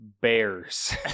Bears